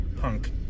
punk